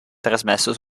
trasmesso